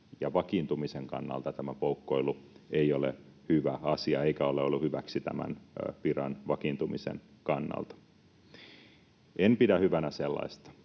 ja vakiintumisen kannalta tämä poukkoilu ei ole hyvä asia eikä ole ollut hyväksi tämän viran vakiintumisen kannalta. En pidä hyvänä sellaista,